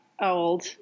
old